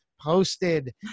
posted